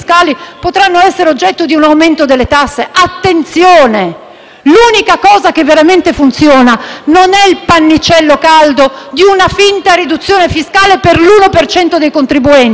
L'unica cosa che veramente funziona non è il pannicello caldo di una finta riduzione fiscale per l'1 per cento dei contribuenti, ma è un grande *shock* fiscale per il Paese.